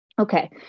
Okay